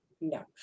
No